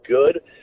good